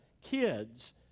kids